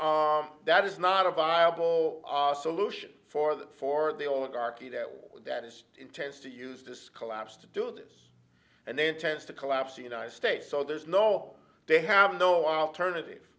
that is not a viable solution for the for the oligarchies that is intends to use this collapse to do this and then tends to collapse the united states so there's no they have no alternative